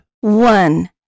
One